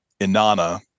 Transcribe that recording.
Inanna